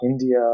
India